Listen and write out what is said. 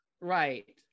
right